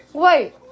Wait